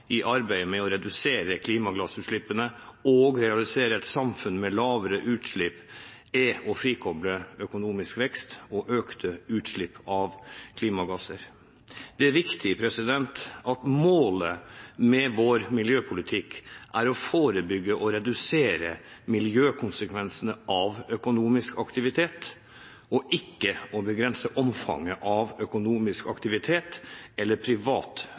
i arbeidet med å redusere klimagassutslippene og realisere et samfunn med lavere utslipp, er å frikoble økonomisk vekst og økte utslipp av klimagasser. Det er viktig at målet med vår miljøpolitikk er å forebygge og redusere miljøkonsekvensene av økonomisk aktivitet – og ikke å begrense omfanget av økonomisk aktivitet eller privat